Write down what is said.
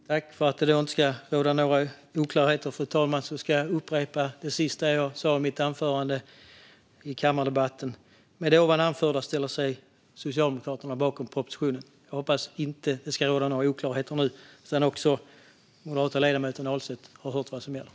Fru talman! För att det inte ska råda några oklarheter ska jag upprepa det sista jag sa i mitt anförande i kammardebatten: Med det som jag nu anfört ställer vi från Socialdemokraterna oss dock bakom förslaget i propositionen. Jag hoppas att det inte råder några oklarheter nu när också den moderata ledamoten Ahlstedt har hört vad som gäller.